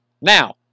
now